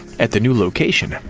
at the new location,